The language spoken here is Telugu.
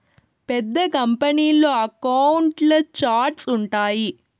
పెద్ద కంపెనీల్లో అకౌంట్ల ఛార్ట్స్ ఉంటాయి